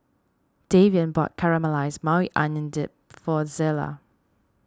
Davian bought Caramelized Maui Onion Dip for Zelia